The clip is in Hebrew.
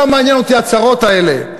לא מעניין אותי ההצהרות האלה.